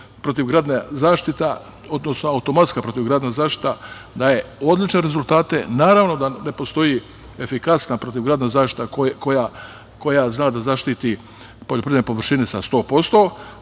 Srbije, što je urađena automatska protivgradna zaštita, daje odlične rezultate. Naravno da ne postoji efikasna protivgradna zaštita koja zna da zaštiti poljoprivredne površine 100%,